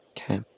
Okay